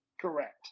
Correct